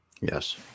Yes